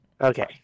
Okay